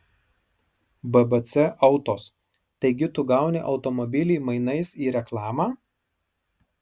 bbc autos taigi tu gauni automobilį mainais į reklamą